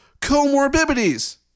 comorbidities